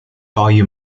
volume